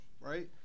right